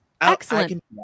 excellent